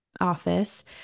office